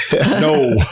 No